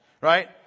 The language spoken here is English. right